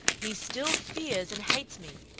he still fears and hates me.